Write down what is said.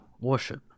worship